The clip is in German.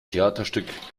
theaterstück